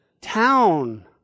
town